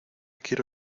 quiero